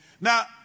Now